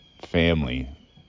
family